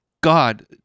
God